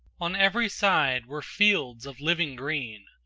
on every side were fields of living green,